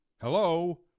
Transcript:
Hello